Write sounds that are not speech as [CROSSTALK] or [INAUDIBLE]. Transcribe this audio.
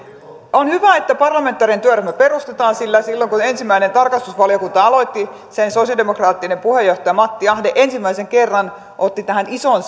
on hyvä että parlamentaarinen työryhmä perustetaan sillä silloin kun ensimmäinen tarkastusvaliokunta aloitti sen sosialidemokraattinen puheenjohtaja matti ahde ensimmäisen kerran otti tähän isoon [UNINTELLIGIBLE]